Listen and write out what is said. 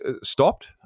Stopped